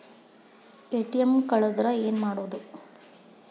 ATM ಕಳದ್ರ ಏನು ಮಾಡೋದು?